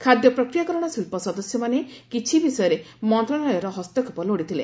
ଖାଦ୍ୟ ପ୍ରକ୍ରିୟାକରଣ ଶିଳ୍ପ ସଦସ୍ୟମାନେ କିଚ୍ଛି ବିଷୟରେ ମନ୍ତ୍ରଶାଳୟର ହସ୍ତକ୍ଷେପ ଲୋଡ଼ିଥିଲେ